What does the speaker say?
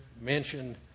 mentioned